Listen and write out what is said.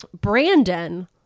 Brandon